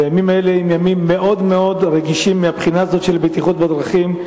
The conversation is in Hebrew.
והימים האלה הם ימים מאוד מאוד רגישים מהבחינה הזאת של בטיחות בדרכים,